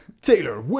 Taylor